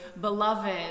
beloved